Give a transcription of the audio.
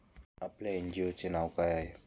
आपल्या एन.जी.ओ चे नाव काय आहे?